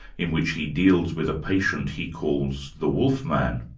in which he deals with a patient he calls the wolf man,